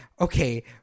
okay